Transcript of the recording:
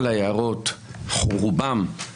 רוב ההערות מעניינות.